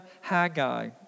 Haggai